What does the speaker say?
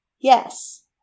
Yes